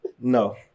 no